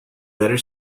better